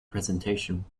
presentation